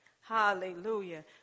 Hallelujah